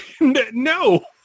no